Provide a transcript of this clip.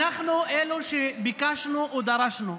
אנחנו אלה שביקשנו, או דרשנו,